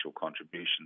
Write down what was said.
contribution